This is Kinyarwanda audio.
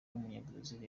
w’umunyabrazil